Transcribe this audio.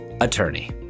attorney